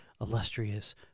illustrious